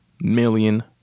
million